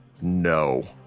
no